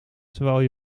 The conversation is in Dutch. terwijl